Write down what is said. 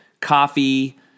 coffee